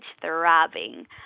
throbbing